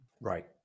Right